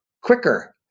quicker